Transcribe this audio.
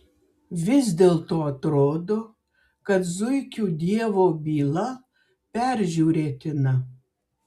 vis dėlto atrodo kad zuikių dievo byla peržiūrėtina